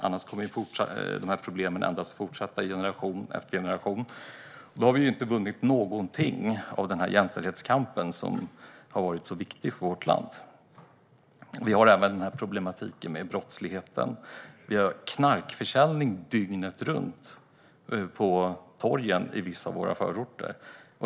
Annars kommer dessa problem fortsätta generation efter generation, och då har vi inte vunnit något med den jämställdhetskamp som har varit så viktig för vårt land. Vi har även problematiken med brottsligheten. Vi har knarkförsäljning dygnet runt på torgen i vissa av våra förorter.